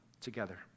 together